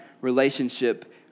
relationship